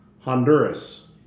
Honduras